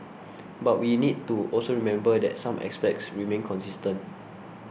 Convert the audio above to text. but we need to also remember that some aspects remain consistent